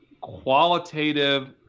qualitative